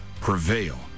prevail